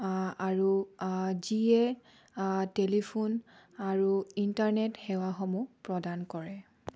আৰু যিয়ে টেলিফোন আৰু ইণ্টাৰনেট সেৱাসমূহ প্ৰদান কৰে